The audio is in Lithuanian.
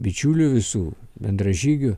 bičiulių visų bendražygių